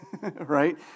right